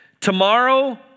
Tomorrow